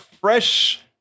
fresh